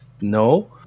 no